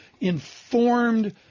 informed